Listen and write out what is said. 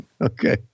Okay